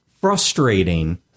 frustrating